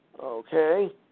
Okay